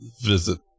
visit